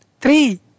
three